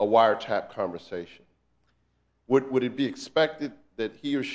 a wiretap conversation would it be expected that he or